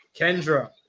kendra